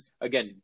again